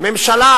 ממשלה